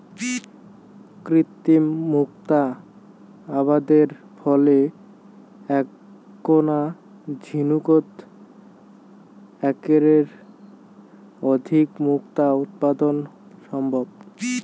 কৃত্রিম মুক্তা আবাদের ফলে এ্যাকনা ঝিনুকোত এ্যাকের অধিক মুক্তা উৎপাদন সম্ভব